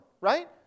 right